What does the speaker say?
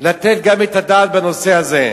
לתת את הדעת גם בנושא הזה.